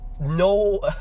no